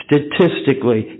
Statistically